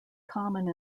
common